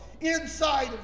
inside